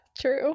true